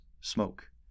smoke